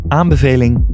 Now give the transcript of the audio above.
aanbeveling